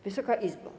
Wysoka Izbo!